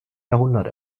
jahrhundert